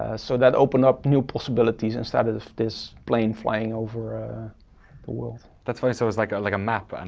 ah so that opened up new possibilities instead of this this plane flying over ah the world. that's funny, so it's like a like map. and